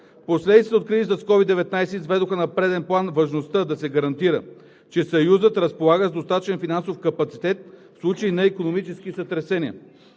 Последиците от кризата с COVID-19 изведоха на преден план важността да се гарантира, че Съюзът разполага с достатъчен финансов капацитет в случай на икономически сътресения.